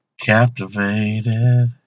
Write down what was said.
captivated